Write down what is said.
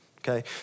Okay